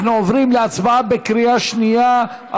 אנחנו עוברים להצבעה בקריאה שנייה על